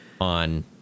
on